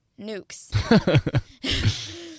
nukes